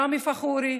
ראמי פכורי,